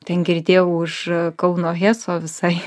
ten girdėjau už kauno heso visai